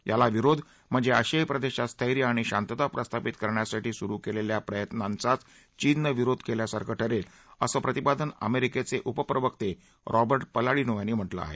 याला विरोध म्हणजे आशियाई प्रदेशात स्थैर्य आणि शांतता प्रस्थापित करण्यासाठी सुरू असलेल्या प्रयत्नांचाच चीननं विरोध केल्यासारखं ठरेल असं प्रतिपादन अमेरिकेचे उपप्रवक्ते रॉबर्ट पलाडिनो यांनी म्हटलं आहे